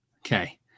okay